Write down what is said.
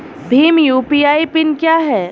Bhim UPI PIN क्या है?